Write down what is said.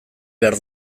behar